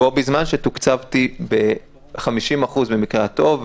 בו בזמן שתוקצבתי ב-50% במקרה הטוב,